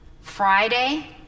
Friday